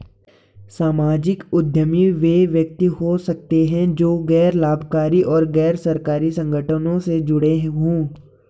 सामाजिक उद्यमी वे व्यक्ति हो सकते हैं जो गैर लाभकारी और गैर सरकारी संगठनों से जुड़े हों